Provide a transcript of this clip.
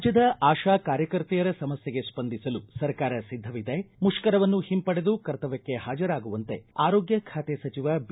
ರಾಜ್ಞದ ಆಶಾ ಕಾರ್ಯಕರ್ತೆಯರ ಸಮಸ್ಥೆಗೆ ಸ್ವಂದಿಸಲು ಸರ್ಕಾರ ಸಿದ್ದವಿದೆ ಮುಷ್ಕರವನ್ನು ಹಿಂಪಡೆದು ಕರ್ತವ್ಯಕ್ಷ ಹಾಜರಾಗುವಂತೆ ಆರೋಗ್ಯ ಖಾತೆ ಸಚಿವ ಬಿ